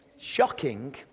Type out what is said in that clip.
shocking